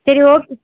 சரி ஓகே